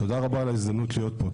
תודה על ההזדמנות שנתתם לי להיות פה.